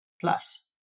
plus